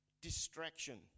distraction